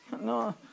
No